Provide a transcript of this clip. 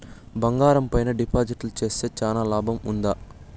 బంగారం పైన డిపాజిట్లు సేస్తే చానా లాభం ఉంటుందా?